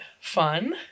fun